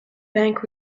bank